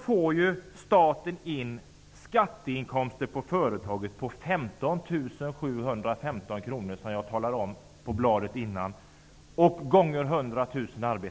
får ju staten in skatteinkomster från företaget på 15 715 kr multiplicerat med 100 000 arbeten, som framgår av föregående sida.